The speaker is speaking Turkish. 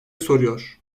soruyor